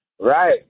Right